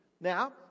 Now